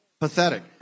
Pathetic